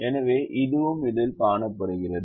எனவே இதுவும் இதில் காணப்படுகிறது